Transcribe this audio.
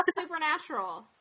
Supernatural